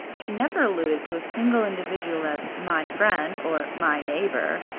she never alluded to a single individual as my friend or my neighbor.